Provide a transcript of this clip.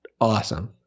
awesome